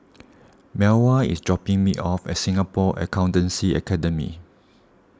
Melva is dropping me off at Singapore Accountancy Academy